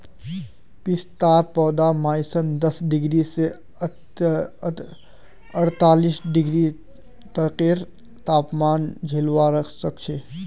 पिस्तार पौधा माइनस दस डिग्री स अड़तालीस डिग्री तकेर तापमान झेलवा सख छ